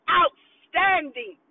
outstanding